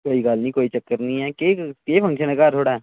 कोई गल्ल निं कोई चक्कर निं ऐ केह् केह् फंक्शन ऐ घर थुआढ़े